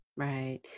Right